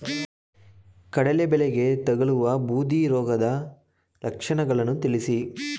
ಕಡಲೆ ಬೆಳೆಗೆ ತಗಲುವ ಬೂದಿ ರೋಗದ ಲಕ್ಷಣಗಳನ್ನು ತಿಳಿಸಿ?